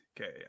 Okay